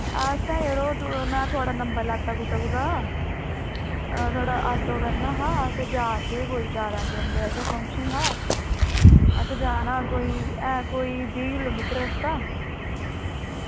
असें यरो में थुआढ़ा नंबर लैता कुसै कोला ते ऑटो करना हा ते अस जा दे हे चार दिन असें कुदै फंक्शन जाना हा असें जाना कोई बीह् किलोमीटर दूर कुदै